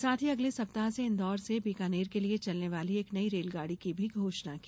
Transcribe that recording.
साथ ही अगले सप्ताह से इंदौर से बीकानेर के लिए चलने वाली एक नई रेलगाड़ी की भी घोषणा की